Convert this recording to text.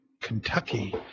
Kentucky